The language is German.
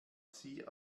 sie